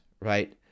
right